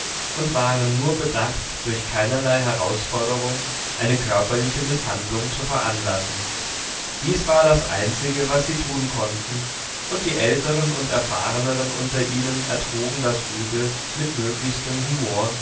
und waren nur bedacht durch keinerlei herausforderung eine körperliche mißhandlung zu veranlassen dies war das einzige was sie tun konnten und die älteren und erfahreneren unter ihnen ertrugen das übel mit möglichstem humor